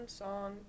song